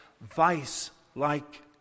vice-like